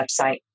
website